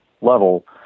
level